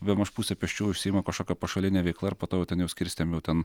bemaž pusė pėsčiųjų užsiima kažkokia pašaline veikla ir po to jau ten jau skirstėm jau ten